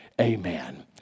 amen